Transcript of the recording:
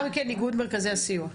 לאחר מכן, איגוד מרכזי הסיוע.